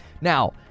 Now